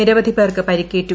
നിരവധി പേർക്ക് പരിക്കേറ്റു